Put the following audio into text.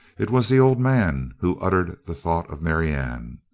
it was the old man who uttered the thought of marianne.